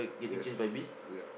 yes ya